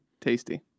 tasty